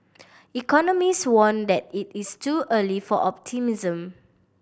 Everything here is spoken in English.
economists warned that it is too early for optimism